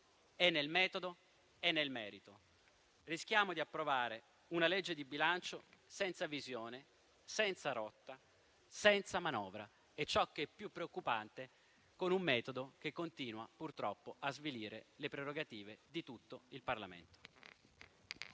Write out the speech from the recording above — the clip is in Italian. è nel metodo e nel merito. Rischiamo di approvare una legge di bilancio senza visione, senza rotta, senza manovra e, ciò che è più preoccupante, con un metodo che purtroppo continua a svilire le prerogative di tutto il Parlamento.